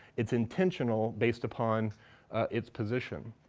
it's intentional based upon its position.